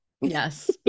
yes